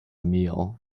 meal